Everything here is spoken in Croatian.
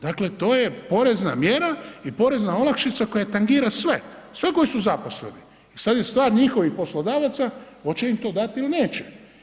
Dakle, to je porezna mjera i porezna olakšica koja tangira sve, sve koji su zaposleni i sad je stvar njihovih poslodavaca hoće im to dati ili neće.